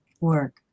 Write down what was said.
work